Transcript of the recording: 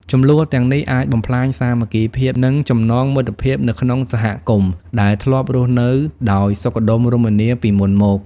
ជម្លោះទាំងនេះអាចបំផ្លាញសាមគ្គីភាព និងចំណងមិត្តភាពនៅក្នុងសហគមន៍ ដែលធ្លាប់រស់នៅដោយសុខដុមរមនាពីមុនមក។